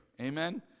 Amen